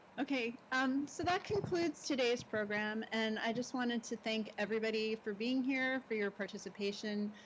okay. and so that concludes today's program. and i just wanted to thank everybody for being here, for your participation.